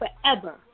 forever